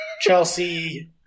Chelsea